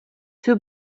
too